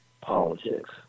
politics